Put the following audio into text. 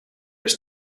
its